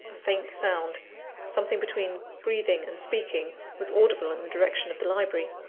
a faint sound something between breathing and speaking was audible in the direction of the library.